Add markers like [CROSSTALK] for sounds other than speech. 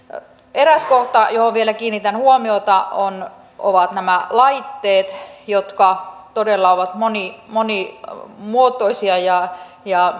eräs kohta johon vielä kiinnitän huomiota on nämä laitteet jotka todella ovat monimuotoisia ja ja [UNINTELLIGIBLE]